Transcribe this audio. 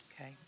Okay